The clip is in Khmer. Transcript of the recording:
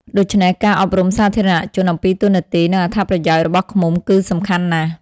ដូច្នេះការអប់រំសាធារណជនអំពីតួនាទី និងអត្ថប្រយោជន៍របស់ឃ្មុំគឺសំខាន់ណាស់។